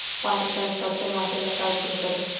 पाँच टन सरसो मापे ला का उपयोग करी?